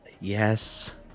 Yes